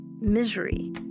misery